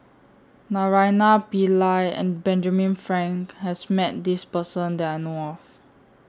Naraina Pillai and Benjamin Frank has Met This Person that I know of